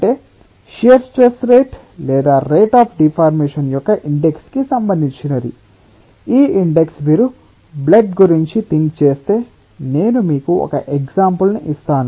అంటే shear stress rate లేదా rate of deformation యొక్క ఇండెక్స్ కి సంబంధించినది ఈ ఇండెక్స్ మీరు బ్లడ్ గురించి థింక్ చేస్తే నేను మీకు ఒక ఎగ్సాంపుల్ ని ఇస్తాను